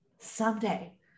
Someday